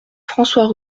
françois